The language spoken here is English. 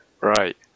Right